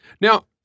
Now